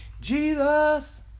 jesus